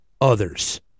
others